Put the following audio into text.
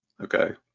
Okay